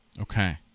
Okay